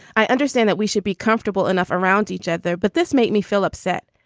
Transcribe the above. i understand that we should be comfortable enough around each other but this make me feel upset.